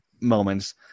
moments